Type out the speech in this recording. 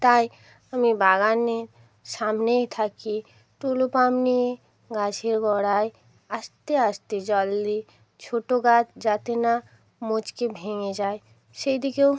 তাই আমি বাগানে সামনেই থাকি টুলু পাম্প নিয়ে গাছের গড়ায় আস্তে আস্তে জল দিই ছোটো গাছ যাতে না মোচকে ভেঙে যায় সেই দিকেও